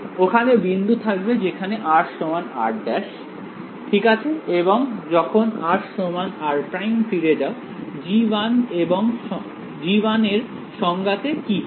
ওখানে বিন্দু থাকবে যেখানে r r′ ঠিক আছে এবং যখন r r′ ফিরে যাও g1 এর সংজ্ঞাতে কি হবে